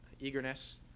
eagerness